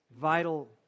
vital